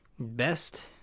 Best